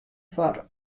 foar